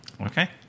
Okay